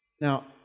Now